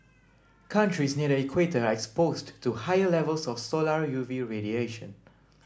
countries near the equator are exposed to higher levels of solar U V radiation